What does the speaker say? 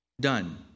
Done